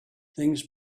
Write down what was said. things